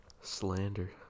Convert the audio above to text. Slander